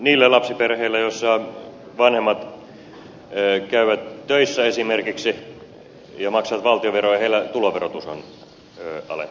niillä lapsiperheillä joissa vanhemmat esimerkiksi käyvät töissä ja maksavat valtionveroja tuloverotus on alentunut